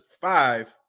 five